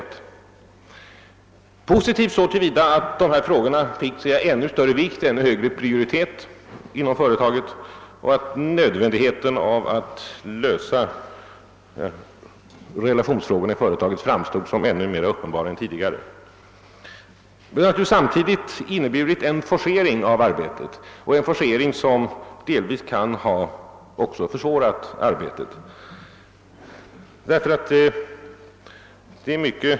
Ett positivt inflytande var att dessa frågor fick ännu högre prioritet inom företaget och att nödvändigheten av att lösa relationsfrågorna framstod som ännu mer uppenbar än tidigare. Men samtidigt innebar konflikten en forcering av arbetet, som verkade delvis försvårande.